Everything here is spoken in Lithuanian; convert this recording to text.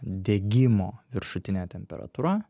degimo viršutinė temperatūra